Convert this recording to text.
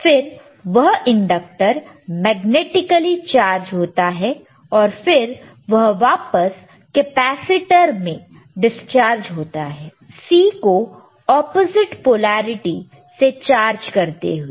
फिर वह inductor magnetically charge होता है और फिर वह वापस कैपेसिटर में डिस्चार्ज होता है C को ऑपोजिट पोलैरिटी से चार्ज करते हुए